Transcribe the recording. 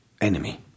enemy